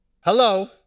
Hello